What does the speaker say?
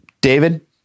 David